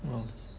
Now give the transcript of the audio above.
!wah!